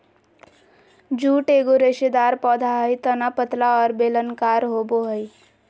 jute एगो रेशेदार पौधा हइ तना पतला और बेलनाकार होबो हइ